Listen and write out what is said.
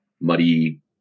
muddy